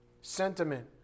sentiment